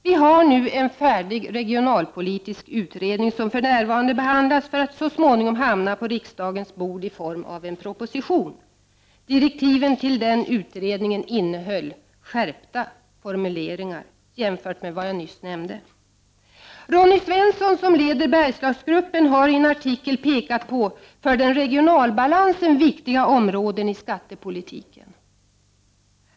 Vi har nu en färdig regionalpolitisk utredning som för närvarande behandlas för att så småningom hamna på riksdagens bord i form av en proposition. Direktiven till den utredningen innehöll skärpta formuleringar jämfört med vad jag nyss har nämnt. Ronny Svensson, som leder Bergslagsgruppen, har i en artikel pekat på för den regionala balansen viktiga områden i skattepolitiken.